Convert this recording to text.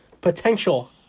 Potential